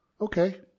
okay